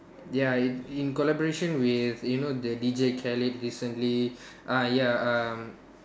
ya in in collaboration with you know the DJ Khalid recently uh ya um